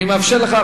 אני מאפשר לך עכשיו.